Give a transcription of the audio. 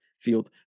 field